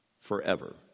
forever